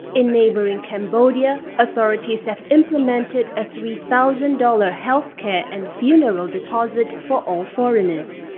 in neighboring cambodia, authorities have implemented a three thousand dollars healthcare and funeral deposit for all foreigners.